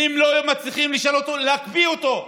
ואם לא מצליחים לשנות אותו, להקפיא אותו.